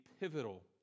pivotal